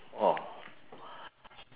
orh